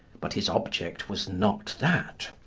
but his object was not that.